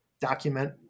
document